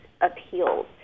appeals